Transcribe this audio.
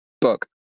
Book